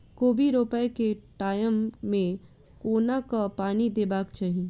कोबी रोपय केँ टायम मे कोना कऽ पानि देबाक चही?